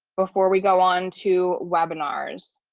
before we go on to webinars?